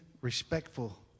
respectful